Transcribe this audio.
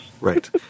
Right